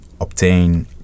obtain